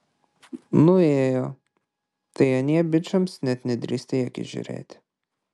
nuėjo tai anie bičams net nedrįsta į akis žiūrėti